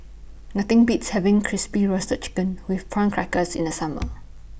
Nothing Beats having Crispy Roasted Chicken with Prawn Crackers in The Summer